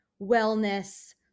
wellness